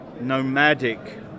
nomadic